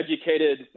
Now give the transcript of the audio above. educated